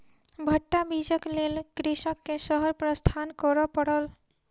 भट्टा बीजक लेल कृषक के शहर प्रस्थान करअ पड़ल